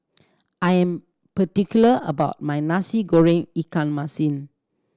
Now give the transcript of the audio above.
I am particular about my Nasi Goreng ikan masin